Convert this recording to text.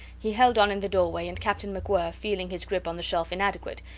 he held on in the doorway, and captain macwhirr, feeling his grip on the shelf inadequate,